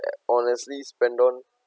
honestly spend on